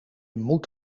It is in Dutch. moet